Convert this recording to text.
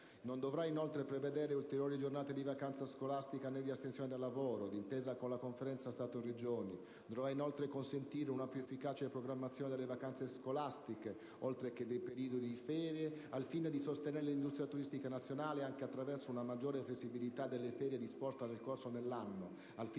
non dovrà prevedere ulteriori giornate di vacanza scolastica né di astensione dal lavoro; d'intesa con la Conferenza Stato-Regioni, dovrà inoltre consentire una più efficace programmazione delle vacanze scolastiche, oltre che dei periodi di ferie, al fine di sostenere l'industria turistica nazionale, anche attraverso una maggiore flessibilità delle ferie disposte nel corso dell'anno, al fine di incontrare la crescente domanda di brevi periodi